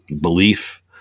belief